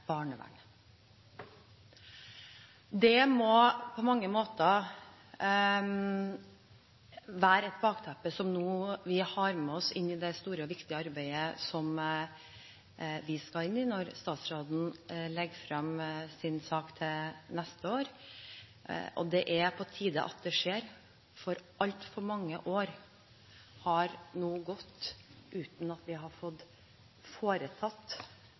Det må på mange måter være et bakteppe vi har med oss inn i det store og viktige arbeidet som vi skal inn i når statsråden legger frem sin sak til neste år. Det er på tide at det skjer, for altfor mange år har nå gått uten at vi har fått foretatt